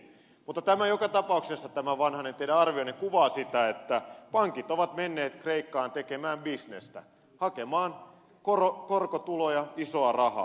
mutta tämä teidän arvionne vanhanen joka tapauksessa kuvaa sitä että pankit ovat menneet kreikkaan tekemään bisnestä hakemaan korkotuloja isoa rahaa